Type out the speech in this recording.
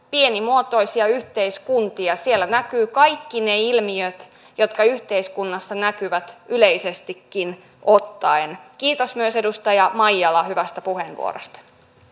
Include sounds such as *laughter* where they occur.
*unintelligible* pienimuotoisia yhteiskuntia siellä näkyvät kaikki ne ilmiöt jotka yhteiskunnassa näkyvät yleisestikin ottaen kiitos myös edustaja maijalalle hyvästä puheenvuorosta